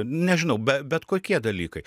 nežinau be bet kokie dalykai